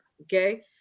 Okay